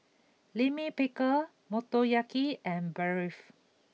Lime Pickle Motoyaki and Barfi